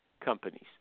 companies